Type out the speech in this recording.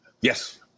Yes